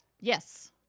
Yes